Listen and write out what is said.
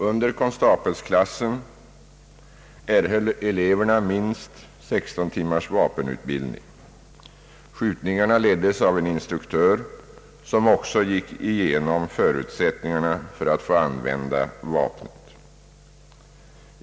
I konstapelklassen erhöll eleverna minst 16 timmars vapenutbildning. Skjutningarna leddes av en instruktör som också gick igenom förutsättningarna för att få använda vapnet.